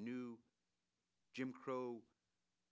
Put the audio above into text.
new jim crow